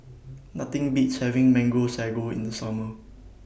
Nothing Beats having Mango Sago in The Summer